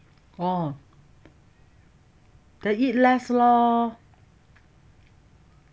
oh then eat less lor